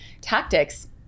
tactics